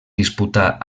disputà